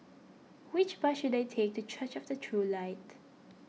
which bus should I take to Church of the True Light